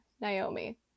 Naomi